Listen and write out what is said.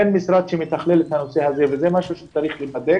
אין משרד שמתכלל את הנושא הזה וזה משהו שצריך לקבל.